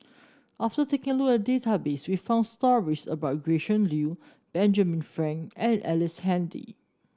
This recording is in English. after taking a look at database we found stories about Gretchen Liu Benjamin Frank and Ellice Handy